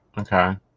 Okay